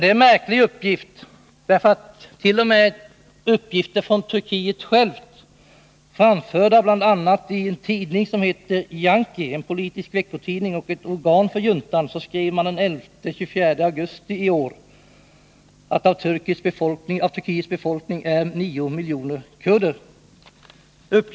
Det är en märklig uppgift. T. o. m. Turkiet självt, bl.a. i tidningen Yanki — en politisk veckotidning som är organ för juntan — den 4—11 augusti i år, uppges att av Turkiets befolkning är 9 miljoner kurder.